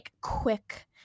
quick